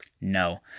No